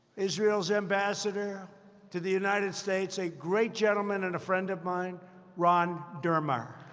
israel's ambassador to the united states, a great gentleman and a friend of mine ron dermer.